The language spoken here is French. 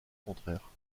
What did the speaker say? contraire